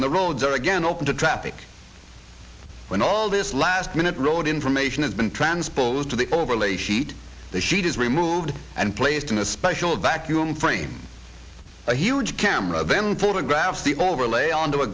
when the roads are again open to traffic when all this last minute road information has been transposed to the overlay sheet the sheet is removed and placed in a special vacuum frame a huge camera then photograph the overlay onto a